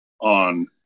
on